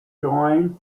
joined